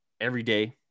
everyday